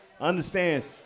understands